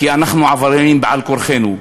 כי אנחנו עבריינים בעל-כורחנו.